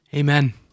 Amen